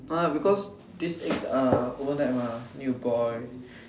!huh! because these eggs are overnight mah need to boil